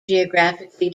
geographically